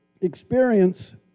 experience